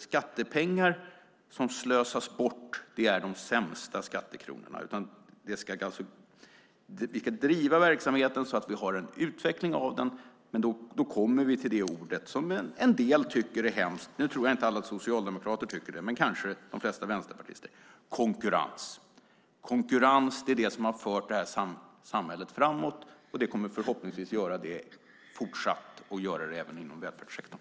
Skattepengar som slösas bort är nämligen de sämsta skattekronorna. Verksamheten ska drivas så att den utvecklas. Men då kommer jag till det ord som en del tycker är hemskt. Nu tror jag inte att alla socialdemokrater tycker det men kanske de flesta vänsterpartister, och det ordet är konkurrens. Det är konkurrens som har fört detta samhälle framåt, och den kommer förhoppningsvis att fortsatt göra det även inom välfärdssektorn.